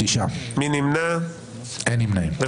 9 נמנעים, 2 לא אושרה.